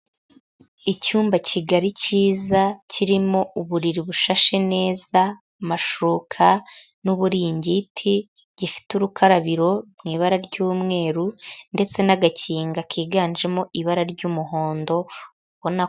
Icyumba kigari cyiza kirimo uburiri bushashe neza, amashuka n'uburingiti, gifite urukarabiro mu ibara ry'umweru ndetse n'agakinga kiganjemo ibara ry'umuhondo ubona.